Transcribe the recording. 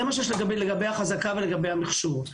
זה לגבי החזקה והמכשור.